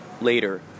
later